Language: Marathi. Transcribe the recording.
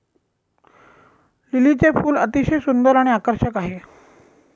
लिलीचे फूल अतिशय सुंदर आणि आकर्षक आहे